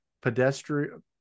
pedestrian